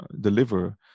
deliver